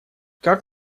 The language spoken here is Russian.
как